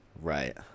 right